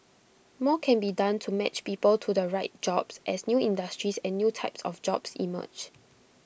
more can be done to match people to the right jobs as new industries and new types of jobs emerge